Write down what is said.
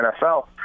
NFL